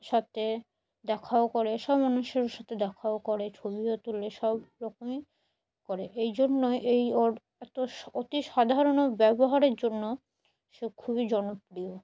সাথে দেখাও করে সব মানুষের সাথে দেখাও করে ছবিও তোলে সব রকমই করে এই জন্যই এই ওর এত স অতি সাধারণ ওর ব্যবহারের জন্য সে খুবই জনপ্রিয়